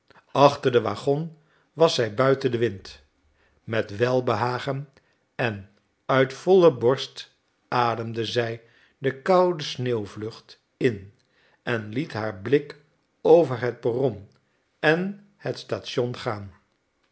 achter den waggon was zij buiten den wind met welbehagen en uit volle borst ademde zij de koude sneeuwlucht in en liet haar blik over het perron en het station gaan